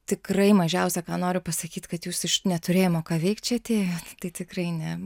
tikrai mažiausia ką noriu pasakyt kad jūs iš neturėjimo ką veikt čia atėjot tai tikrai ne